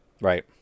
Right